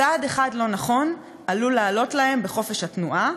צעד אחד לא-נכון עלול לעלות להם בחופש התנועה,